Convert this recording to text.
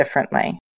differently